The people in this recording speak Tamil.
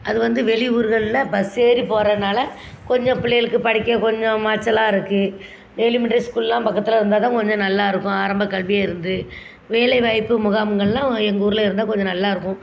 அது வந்து வெளி ஊர்களில் பஸ் ஏறி போவதுனால கொஞ்சம் பிள்ளைங்களுக்கு படிக்க கொஞ்சம் மாச்சலாக இருக்குது எலிமெண்ட்ரி ஸ்கூலெலாம் பக்கத்தில் இருந்தால் தான் கொஞ்சம் நல்லா இருக்கும் ஆரம்ப கல்விலேருந்து வேலை வாய்ப்பு முகாம்களெலாம் எங்கள் ஊரில் இருந்தால் கொஞ்சம் நல்லா இருக்கும்